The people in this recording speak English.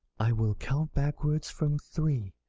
i will count backwards from three.